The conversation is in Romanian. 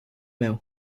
meu